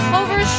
over